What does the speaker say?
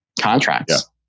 contracts